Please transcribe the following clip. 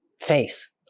face